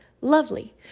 lovely